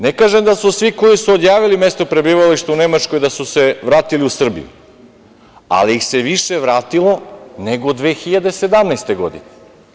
Ne kažem da su se svi koji su odjavili mesto prebivališta u Nemačkoj, vratili u Srbiju, ali ih se više vratilo, nego 2017. godine.